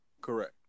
correct